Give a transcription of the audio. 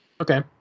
Okay